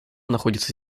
находится